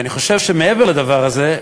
מעבר לדבר הזה,